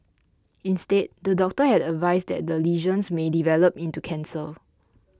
instead the doctor had advised that the lesions may develop into cancer